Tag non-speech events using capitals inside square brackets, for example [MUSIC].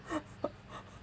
[LAUGHS]